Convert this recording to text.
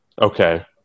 Okay